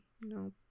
No